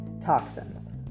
toxins